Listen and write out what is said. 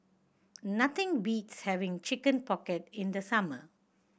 nothing beats having Chicken Pocket in the summer